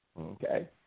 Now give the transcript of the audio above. Okay